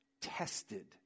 tested